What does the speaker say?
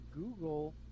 Google